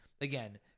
again